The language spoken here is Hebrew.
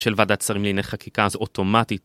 של ועדת שרים לעיניני חקיקה אז אוטומטית